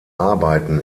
arbeiten